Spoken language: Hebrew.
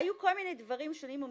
היו כל מיני דברים שונים ומשונים,